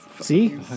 See